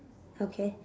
okay